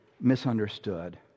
misunderstood